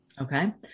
Okay